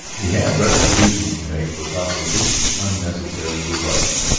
he had restitutions to make without the least unnecessary delay.